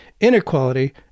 inequality